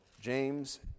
James